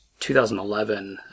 2011